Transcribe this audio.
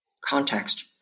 context